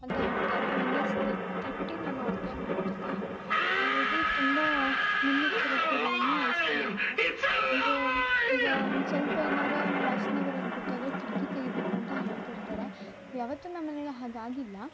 ಅಂತ ಹೇಳ್ತಾರೆ ವಿಂಡೋಸ್ ತೆಗ್ದಿಟ್ಟು ನಾನು ಅಡುಗೆ ಮಾಡ್ತಿನಿ ಹಾಗಾಗಿ ತುಂಬ ಮುನ್ನೆಚ್ಚರಿಕೆಗಳನ್ನು ವಹಿಸ್ತಿನ್ ನಾನು ಅಂದರೆ ಈಗ ಒಂದು ಸ್ವಲ್ಪ ಏನಾರು ವಾಸನೆ ಬರೋದು ಗೊತ್ತಾದರೆ ಕಿಟಕಿ ತೆಗಿಬೇಕು ಅಂತ ಹೇಳ್ತಿರ್ತಾರೆ ಯಾವತ್ತು ನಮ್ಮಮನೆಲ್ ಹಾಗೆ ಆಗಿಲ್ಲ